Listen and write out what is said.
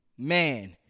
Man